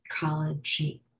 psychology